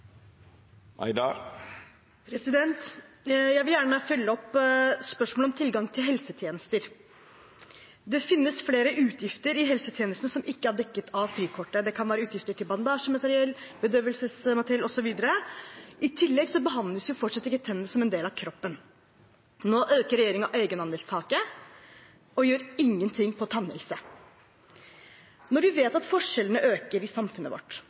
Jeg vil gjerne følge opp spørsmålet om tilgang til helsetjenester. Det finnes flere utgifter i helsetjenesten som ikke er dekket av frikortet. Det kan være utgifter til bandasjemateriell, bedøvelsesmateriell osv. I tillegg behandles fortsatt ikke tennene som en del av kroppen. Nå øker regjeringen egenandelstaket og gjør ingenting med tannhelse. Når vi vet at forskjellene øker i samfunnet vårt,